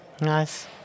nice